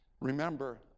Remember